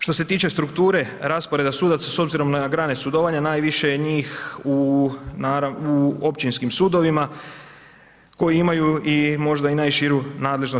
Što se tiče strukture, rasporeda sudaca s obzirom na grane sudovanja najviše je njih u općinskim sudovima koji imaju i možda i najširu nadležnost.